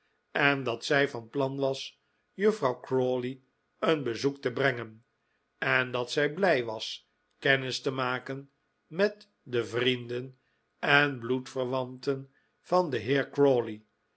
en dat zij van plan was juffrouw crawley een bezoek te brengen en dat zij blij was kennis te maken met de vrienden en bloedvcrwanten van den